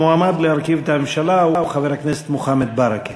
המועמד להרכיב את הממשלה הוא חבר הכנסת מוחמד ברכה.